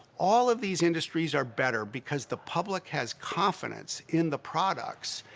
all of these industries are better because the public has confidence in the products,